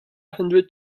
hundred